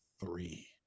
three